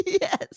yes